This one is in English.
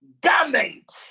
garment